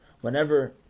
Whenever